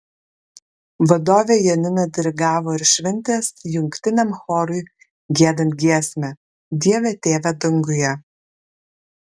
vadovė janina dirigavo ir šventės jungtiniam chorui giedant giesmę dieve tėve danguje